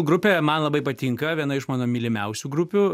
grupė man labai patinka viena iš mano mylimiausių grupių